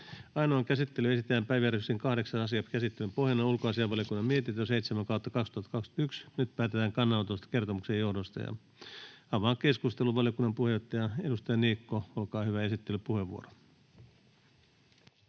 Ainoaan käsittelyyn esitellään päiväjärjestyksen 8. asia. Käsittelyn pohjana on ulkoasiainvaliokunnan mietintö UaVM 7/2021 vp. Nyt päätetään kannanotosta kertomuksen johdosta. Avaan keskustelun. Valiokunnan puheenjohtaja, edustaja Niikko, olkaa hyvä, esittelypuheenvuoro.